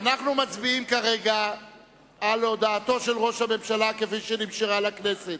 אנחנו מצביעים כרגע על הודעתו של ראש הממשלה כפי שנמסרה לכנסת.